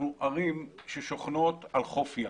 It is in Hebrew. אנחנו ערים ששוכנות על חוף ים.